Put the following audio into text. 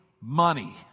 money